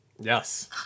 Yes